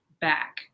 back